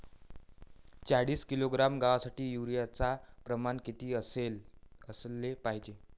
चाळीस किलोग्रॅम गवासाठी यूरिया च प्रमान किती असलं पायजे?